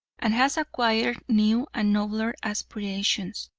and has acquired new and nobler aspirations.